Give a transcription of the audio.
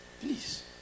Please